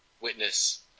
witness